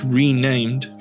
renamed